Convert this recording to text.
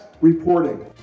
reporting